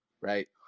right